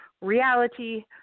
Reality